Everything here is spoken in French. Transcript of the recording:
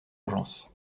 urgence